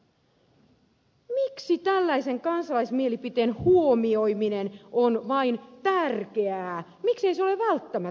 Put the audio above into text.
miksi tällaisen kansalaismielipiteen huomioiminen on vain tärkeää miksei se ole välttämätöntä